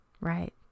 Right